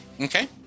okay